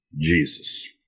Jesus